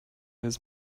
his